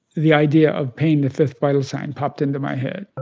the idea of pain, the fifth vital sign, popped into my head